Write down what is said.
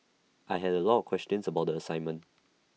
I had A lot of questions about the assignment